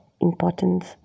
importance